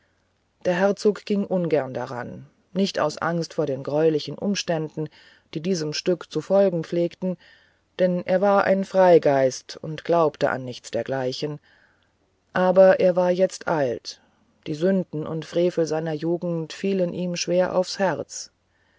der herzog ging ungern daran nicht aus angst vor den greulichen umständen die diesem stück zu folgen pflegten denn er war ein freigeist und glaubte an nichts dergleichen aber er war jetzt alt die sünden und frevel seiner jugend fielen ihm schwer aufs herz